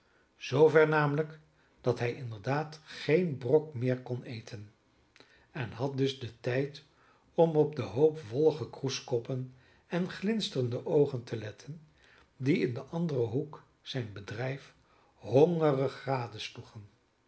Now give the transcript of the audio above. zoover namelijk dat hij inderdaad geen brok meer kon eten en had dus den tijd om op den hoop wollige kroeskoppen en glinsterende oogen te letten die in den anderen hoek zijn bedrijf hongerig